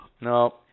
no